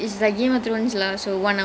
and each is like one hour